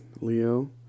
Leo